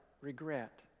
regret